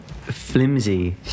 flimsy